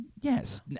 Yes